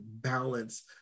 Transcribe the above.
balance